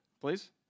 Please